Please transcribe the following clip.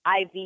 IV